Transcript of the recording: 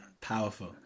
powerful